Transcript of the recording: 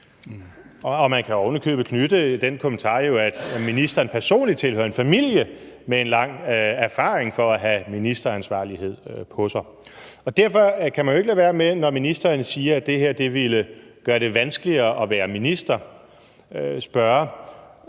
Og man kan ovenikøbet knytte den kommentar til det, at ministeren personligt tilhører en familie med en lang erfaring med at have ministeransvarlighed på sig. Derfor kan man jo ikke, når ministeren siger, at det her ville gøre det vanskeligere at være minister, lade